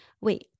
wait